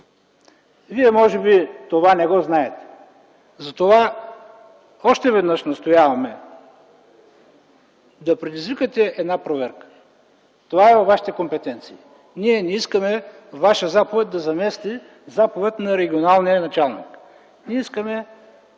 Вие може би това не го знаете. Затова още веднъж настояваме да предизвикате една проверка. Това е във Вашите компетенции. Ние не искаме Ваша заповед да замести заповед на регионалния началник. Ние искаме